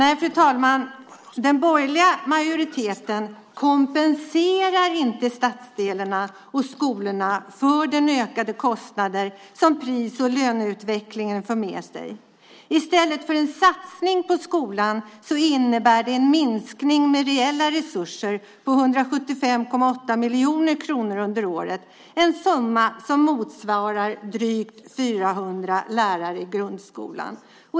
Nej, fru talman, den borgerliga majoriteten kompenserar inte stadsdelarna och skolorna för de ökade kostnader som pris och löneutvecklingen för med sig. I stället för en satsning på skolan är det en minskning av reella resurser på 175,8 miljoner kronor under året, en summa som motsvarar kostnaden för drygt 400 lärare i grundskolan.